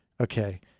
okay